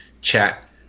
chat